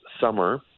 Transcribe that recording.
summer